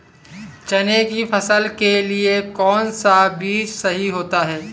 चने की फसल के लिए कौनसा बीज सही होता है?